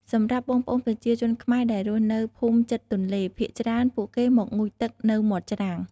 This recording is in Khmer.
សម្រាប់់បងប្អូនប្រជាជនខ្មែរដែលរស់នៅភូមិជិតទន្លេ ភាគច្រើន ពួកគេមកងូតទឹកនៅមាត់ច្រាំង។